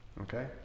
okay